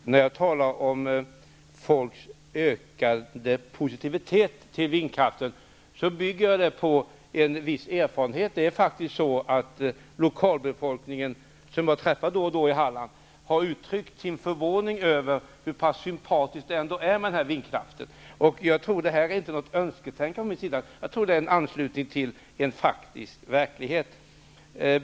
Herr talman! När jag talar om att folk kommer att bli alltmer positiva till vindkraften bygger jag det på en viss erfarenhet. Lokalbefolkningen i Halland, som jag träffar då och då, har faktiskt uttryckt sin förvåning över hur pass sympatisk vindkraften ändå är. Det här är inte något önsketänkande från min sida, utan jag tror att det är en anslutning till en faktisk verklighet.